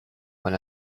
when